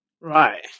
Right